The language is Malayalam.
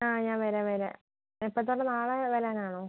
ആ ഞാൻ വരാം വരാം എപ്പത്തൊട്ടു നാളെ വരാനാണോ